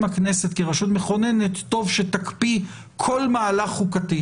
הכנסת כרשות מכוננת טוב שתקפיא כל מהלך חוקתי